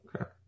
Okay